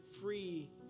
free